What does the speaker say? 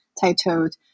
titled